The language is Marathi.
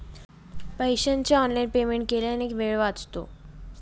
पैशाचे ऑनलाइन पेमेंट केल्याने वेळ वाचतो